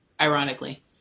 ironically